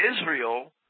Israel